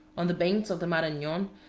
on the banks of the maranon,